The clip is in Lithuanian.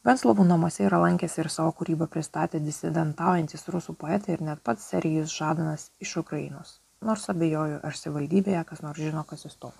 venclovų namuose yra lankęsi ir savo kūrybą pristatę disidentaujentys rusų poetai ir net pats serhijus žadanas iš ukrainos nors abejoju ar savivaldybėje kas nors žino kas jis toks